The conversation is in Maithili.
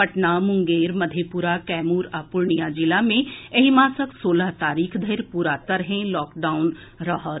पटना मुंगेर मधेपुरा कैमूर आ पूर्णियां जिला मे एहि मासक सोलह तारीख धरि पूरा तरहें लॉकडाउन रहत